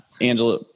Angela